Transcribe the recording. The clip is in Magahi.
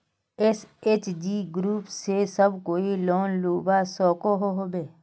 एस.एच.जी ग्रूप से सब कोई लोन लुबा सकोहो होबे?